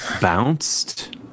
bounced